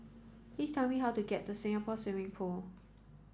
please tell me how to get to Singapore Swimming Club